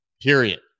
period